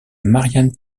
marianne